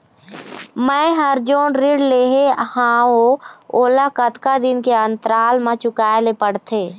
मैं हर जोन ऋण लेहे हाओ ओला कतका दिन के अंतराल मा चुकाए ले पड़ते?